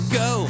go